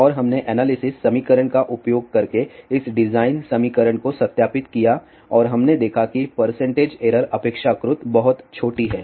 और हमने एनालिसिस समीकरण का उपयोग करके इस डिजाइन समीकरण को सत्यापित किया और हमने देखा कि परसेंटेज एरर अपेक्षाकृत बहुत छोटी है